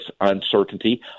uncertainty